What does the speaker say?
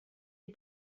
est